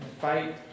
fight